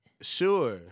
Sure